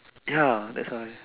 ya that's why